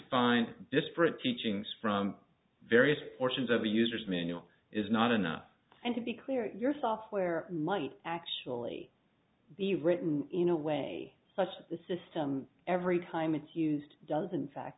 find disparate teachings from various portions of a user's manual is not enough and to be clear your software might actually be written in a way such that the system every time it's used does in fact